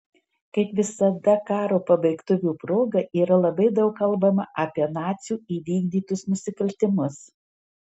kaip visada karo pabaigtuvių proga yra labai daug kalbama apie nacių įvykdytus nusikaltimus